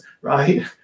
right